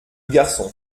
garçon